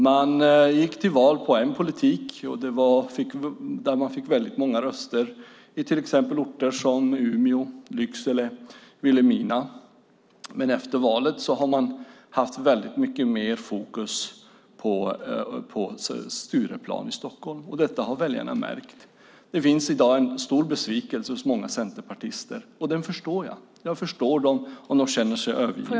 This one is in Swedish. Man gick till val på en politik, och man fick många röster på den i orter som Umeå, Lycksele och Vilhelmina, men efter valet har man haft mer fokus på Stureplan i Stockholm. Detta har väljarna märkt. Det finns i dag en stor besvikelse hos många centerpartister, och den förstår jag. Jag förstår om de känner sig övergivna.